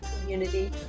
community